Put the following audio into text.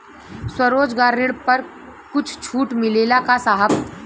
स्वरोजगार ऋण पर कुछ छूट मिलेला का साहब?